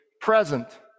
present